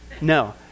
no